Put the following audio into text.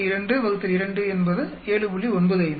2 2 என்பது 7